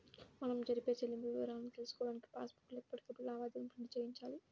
మనం జరిపే చెల్లింపుల వివరాలను తెలుసుకోడానికి పాస్ బుక్ లో ఎప్పటికప్పుడు లావాదేవీలను ప్రింట్ చేయించాలి